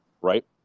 right